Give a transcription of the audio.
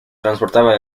transportaba